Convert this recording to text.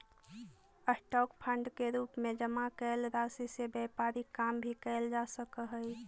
stock fund के रूप में जमा कैल राशि से व्यापारिक काम भी कैल जा सकऽ हई